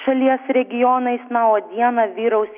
šalies regionais na o dieną vyraus